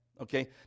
okay